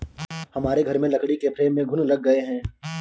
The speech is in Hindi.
हमारे घर में लकड़ी के फ्रेम में घुन लग गए हैं